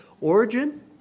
origin